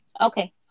okay